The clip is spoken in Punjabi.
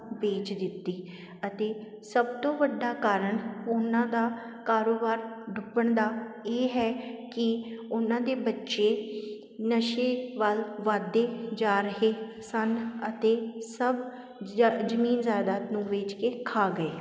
ਵੇਚ ਦਿੱਤੀ ਅਤੇ ਸਭ ਤੋਂ ਵੱਡਾ ਕਾਰਨ ਉਹਨਾਂ ਦਾ ਕਾਰੋਬਾਰ ਡੁੱਬਣ ਦਾ ਇਹ ਹੈ ਕਿ ਉਹਨਾਂ ਦੇ ਬੱਚੇ ਨਸ਼ੇ ਵੱਲ ਵੱਧਦੇ ਜਾ ਰਹੇ ਸਨ ਅਤੇ ਸਭ ਜ਼ਰ ਜ਼ਮੀਨ ਜਾਇਦਾਦ ਨੂੰ ਵੇਚ ਕੇ ਖਾ ਗਏ